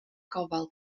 gofal